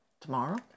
tomorrow